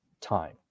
time